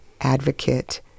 advocate